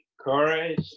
courage